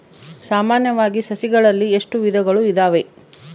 ಸಾಮಾನ್ಯವಾಗಿ ಸಸಿಗಳಲ್ಲಿ ಎಷ್ಟು ವಿಧಗಳು ಇದಾವೆ?